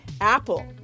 Apple